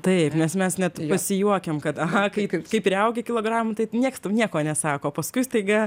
taip nes mes net pasijuokiam kad aha kai kai priaugi kilogramų tai nieks tau nieko nesako paskui staiga